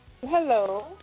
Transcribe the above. Hello